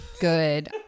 Good